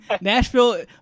Nashville